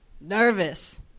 Nervous